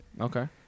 Okay